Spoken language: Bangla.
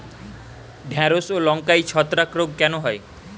ঢ্যেড়স ও লঙ্কায় ছত্রাক রোগ কেন হয়?